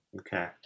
Okay